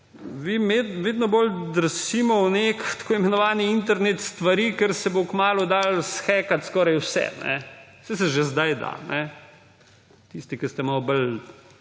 Mi vedno bolj drsimo v neke tako imenovane internet stvari, kjer se bo kmalu dalo shekati skoraj vse, kajne. Saj se že zdaj da. Tisti, ki ste malo bolj